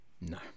No